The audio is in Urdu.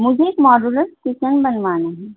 مجھے ایک ماڈولر کچن بنوانا ہے